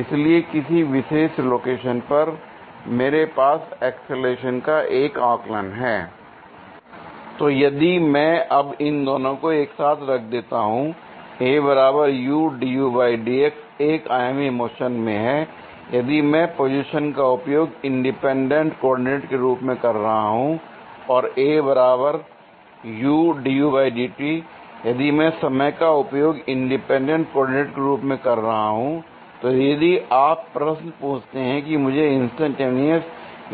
इसलिए किसी विशेष लोकेशन पर मेरे पास एक्सीलरेशन एक आकलन हैं l तो यदि मैं अब इन दोनों को एक साथ रख देता हूं lएक आयामी मोशन में है l यदि मैं पोजीशन का उपयोग इंडिपेंडेंट कोऑर्डिनेट के रूप में कर रहा हूं और यदि मैं समय का उपयोग इंडिपेंडेंट कोऑर्डिनेट के रूप में कर रहा हूं l तो यदि आप प्रश्न पूछते हैं मुझे इंस्टैन्टेनियस